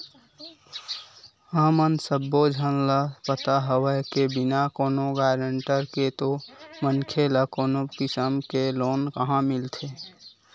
हमन सब्बो झन ल पता हवय के बिना कोनो गारंटर के तो मनखे ल कोनो किसम के लोन काँहा मिलथे